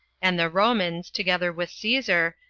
and the romans, together with caesar,